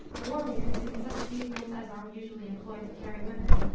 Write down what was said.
warriors, in such vehicles as are usually employed to carry women,